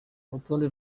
urutonde